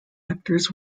actors